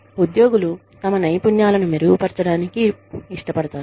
ఉద్యోగులు తమ నైపుణ్యాలను మెరుగుపర్చడానికి ఇష్టపడతారు